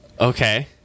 Okay